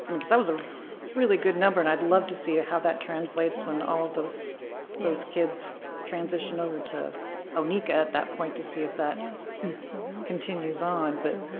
because that was a really good number and i'd love to see it, how that translates when all of those those kids transition over to omica at that point to see if that continues on. but